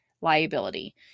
liability